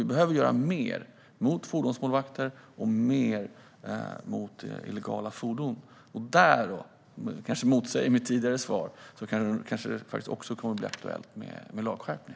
Vi behöver göra mer mot fordonsmålvakter och illegala fordon, och här kan det faktiskt komma att bli aktuellt med lagskärpning.